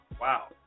Wow